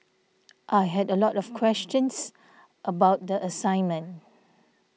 I had a lot of questions about the assignment